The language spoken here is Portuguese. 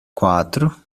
quatro